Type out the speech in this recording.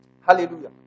Hallelujah